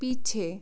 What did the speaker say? पीछे